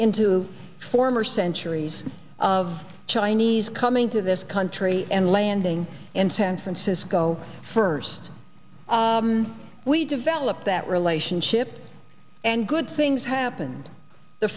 into former centuries of chinese coming to this country and landing and san francisco first we develop that relationship and good things happen the